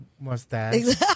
mustache